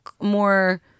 more